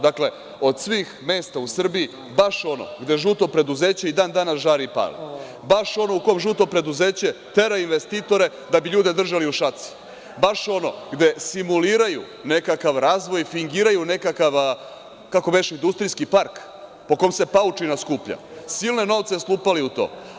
Dakle, od svih mesta u Srbiji baš ono gde „žuto preduzeće“ i dan danas žari i pali, baš ono u kom „žuto preduzeće“ tera investitore da bi ljude držali u šaci, baš ono gde simuliraju nekakav razvoj, fingiraju nekakav, kako beše, industrijski park po kom se paučina skuplja, silne novce slupali u to.